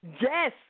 Yes